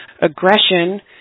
aggression